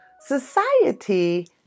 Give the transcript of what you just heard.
Society